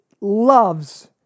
loves